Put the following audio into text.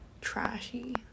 trashy